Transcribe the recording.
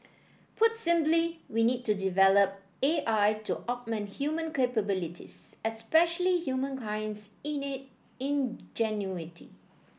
put simply we need to develop A I to augment human capabilities especially humankind's innate ingenuity